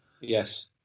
Yes